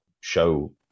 show